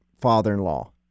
father-in-law